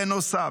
בנוסף,